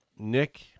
Nick